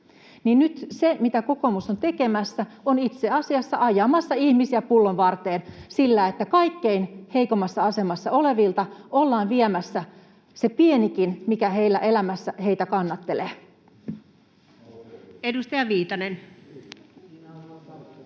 nyt se, mitä kokoomus on tekemässä, on itse asiassa ihmisten ajaminen pullon varteen sillä, että kaikkein heikoimmassa asemassa olevilta ollaan viemässä se pienikin, mikä elämässä heitä kannattelee. [Jussi Halla-aho: Siis